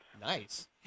Nice